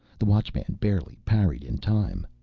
the watchman barely parried in time.